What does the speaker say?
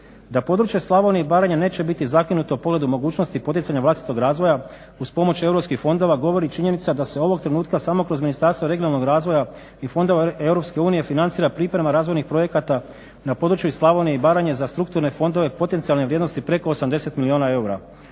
da područje Slavonije i Baranje neće biti zakinuto povodom mogućnosti i poticanja vlastitog razvoja uz pomoć Europskih fondova govori činjenica da se ovog trenutka samo kroz Ministarstvo regionalnog razvoja i fondova EU financira priprema razvojnih projekata na području i Slavonije i Baranje za strukturne fondove, potencijalne vrijednosti preko 80 milijuna eura,